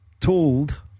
told